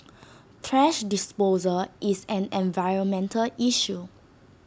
thrash disposal is an environmental issue